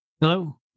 Hello